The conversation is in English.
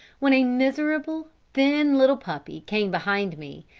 when a miserable, thin, little puppy came behind me,